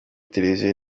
televiziyo